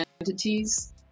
entities